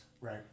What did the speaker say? Right